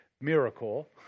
miracle